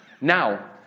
Now